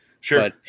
sure